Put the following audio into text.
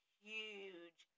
huge